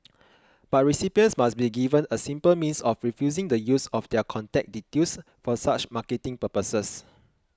but recipients must be given a simple means of refusing the use of their contact details for such marketing purposes